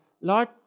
Lord